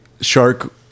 shark